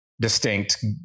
distinct